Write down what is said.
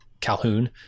Calhoun